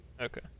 Okay